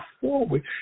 forward